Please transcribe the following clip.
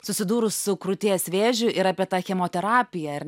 susidūrus su krūties vėžiu ir apie tą chemoterapiją ar